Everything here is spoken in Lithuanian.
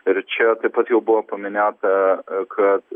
ir čia taip pat jau buvo paminėta kad